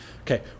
Okay